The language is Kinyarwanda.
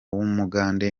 w’umugande